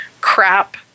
crap